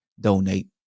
donate